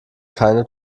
keine